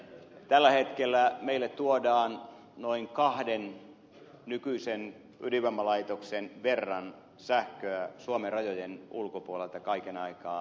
tällä hetkellä meille tuodaan noin kahden nykyisen ydinvoimalaitoksen verran sähköä suomen rajojen ulkopuolelta kaiken aikaa